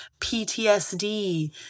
PTSD